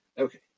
Okay